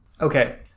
Okay